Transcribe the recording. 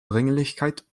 dringlichkeit